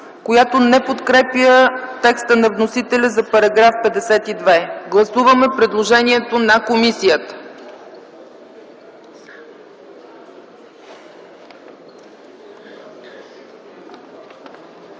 която не подкрепя текста на вносителя за § 52. Гласуваме предложението на комисията.